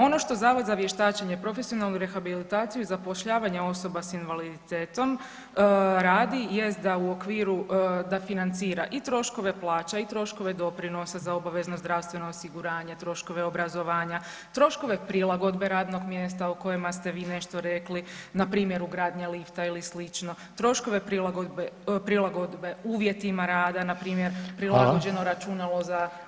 Ono što Zavod za vještačenje, profesionalnu rehabilitaciju i zapošljavanje osoba s invaliditetom radi jest da u okviru da financira i troškove plaća i troškove doprinosa za obavezno zdravstveno osiguranje, troškove obrazovanja, troškove prilagodbe radnog mjesta o kojima ste vi nešto rekli npr. ugradnje lifta ili slično, troškove prilagodbe uvjetima rada npr. prilagođeno računalo za slijepe osobe.